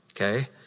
okay